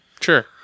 sure